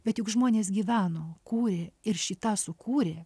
bet juk žmonės gyveno kūrė ir šį tą sukūrė